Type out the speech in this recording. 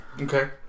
Okay